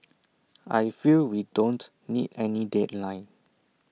I feel we don't need any deadline